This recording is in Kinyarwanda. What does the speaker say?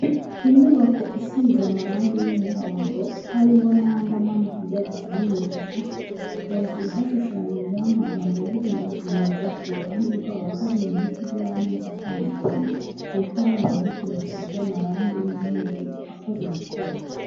Inyubako isize amarangi y’umuhondo, harimo nan’andi amanuka ajya gusa n’umutuku hejuru hashushanyijeho amagambo avuga ngo Sonarwa iruhande rwabo hari ibiti by’amoko atandukanye. Hepfo hari uruzitiro rusize amarangi y’umweru akoze mu twuma.